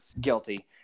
guilty